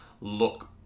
look